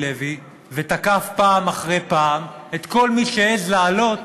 לוי ותקף פעם אחר פעם את כל מי שהעז להעלות